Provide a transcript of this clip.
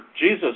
Jesus